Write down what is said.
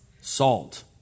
salt